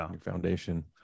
foundation